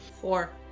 Four